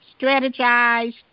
strategize